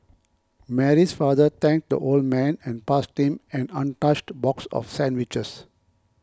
Mary's father thanked the old man and passed him an untouched box of sandwiches